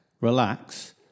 relax